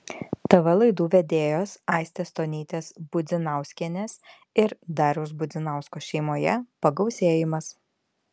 tv laidų vedėjos aistės stonytės budzinauskienės ir dariaus budzinausko šeimoje pagausėjimas